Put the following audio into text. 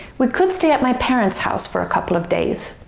we could stay at my parents house for a couple of days